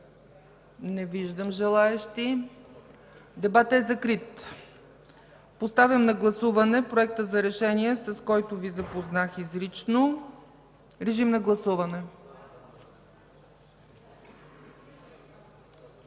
Не виждам желаещи. Дебатът е закрит. Поставям на гласуване Проекта за решение, с който Ви запознах изрично. Гласували